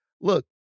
Look